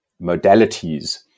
modalities